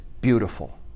beautiful